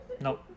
no